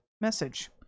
message